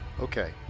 Okay